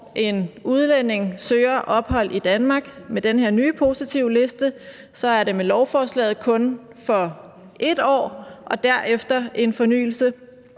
en udlænding søger ophold i Danmark med den her nye positivliste, er det med lovforslaget kun for 1 år, og derefter skal